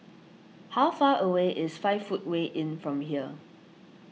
how far away is five Footway Inn from here